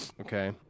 Okay